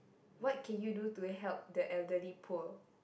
what can you do to help the elderly poor